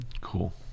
Cool